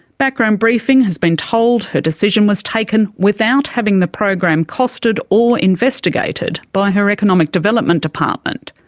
background briefing has been told her decision was taken without having the program costed or investigated by her economic development department.